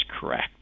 correct